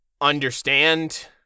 understand